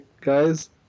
guys